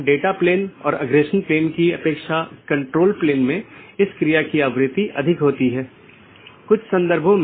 BGP पड़ोसी या BGP speaker की एक जोड़ी एक दूसरे से राउटिंग सूचना आदान प्रदान करते हैं